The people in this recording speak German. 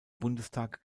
bundestag